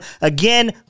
again